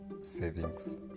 savings